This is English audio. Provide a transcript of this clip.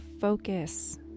focus